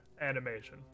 animation